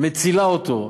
מצילה אותו,